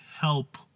help